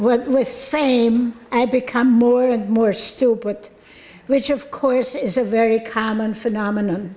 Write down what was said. what list same i become more and more stupid which of course is a very common phenomen